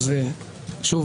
אז שוב,